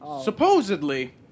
supposedly